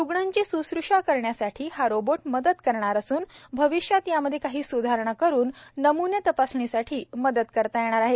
रुग्णांची सुश्रुषा करण्यासाठी हा रोबोट मदत करणार भविष्यात यामध्ये काही सुधारणा करून नमुने तपासणीसाठी मदत करता येणार आहे